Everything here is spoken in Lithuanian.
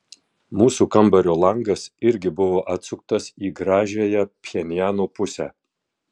mūsų kambario langas irgi buvo atsuktas į gražiąją pchenjano pusę